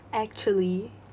actually